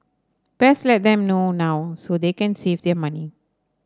best let them know now so they can save their money